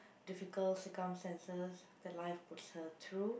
difficult circumstances that life puts her through